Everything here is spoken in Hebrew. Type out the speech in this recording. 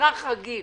אזרח רגיל